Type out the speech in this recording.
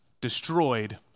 destroyed